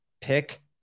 pick